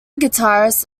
guitarists